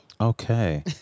Okay